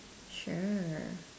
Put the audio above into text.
sure